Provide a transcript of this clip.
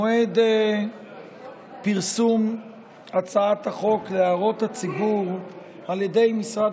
מועד פרסום הצעת החוק להערות הציבור על ידי משרד